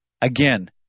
Again